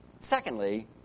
Secondly